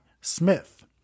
Smith